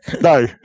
No